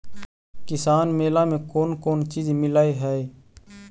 किसान मेला मे कोन कोन चिज मिलै है?